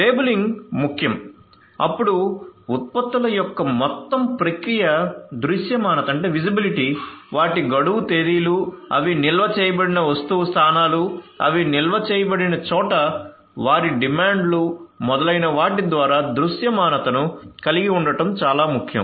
labelling ముఖ్యం అప్పుడు ఉత్పత్తుల యొక్క మొత్తం ప్రక్రియ దృశ్యమానత వాటి గడువు తేదీలు అవి నిల్వ చేయబడిన వస్తువు స్థానాలు అవి నిల్వ చేయబడిన చోట వారి డిమాండ్లు మొదలైన వాటి ద్వారా దృశ్యమానతను కలిగి ఉండటం చాలా ముఖ్యం